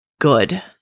good